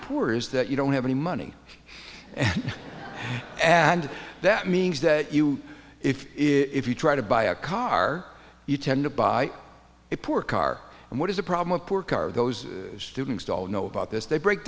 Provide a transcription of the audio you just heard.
poor is that you don't have any money and that means that you if you try to buy a car you tend to buy a poor car and what is a problem of poor car those students all know about this they break